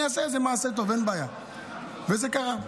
אני אעשה איזה מעשה טוב, אין בעיה, וזה קרה,